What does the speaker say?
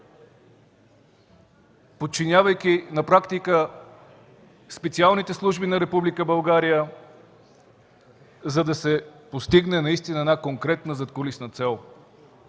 подчинявайки на практика специалните служби на Република България, за да се постигне наистина една конкретна задкулисна цел.